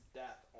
death